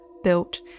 built